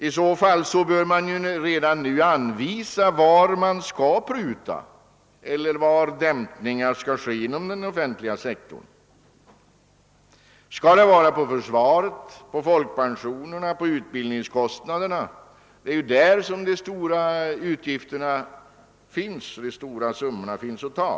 I så fall bör man redan nu redovisa var man skall pruta eller var dämpningar skall ske inom den offentliga sektorn. Skall det vara på försvaret, på folkpensionerna eller på utbildningen? Det är där de stora utgifterna ligger och de stora summorna finns att ta.